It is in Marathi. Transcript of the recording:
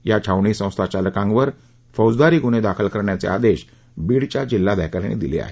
या छावणी संस्थाचालकांवर फौजदारी गुन्हे दाखल करण्याचे आदेश बीड जिल्हाधिकाऱ्यांनी दिले आहेत